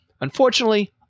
Unfortunately